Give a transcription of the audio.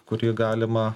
kurį galima